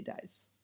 days